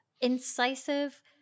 incisive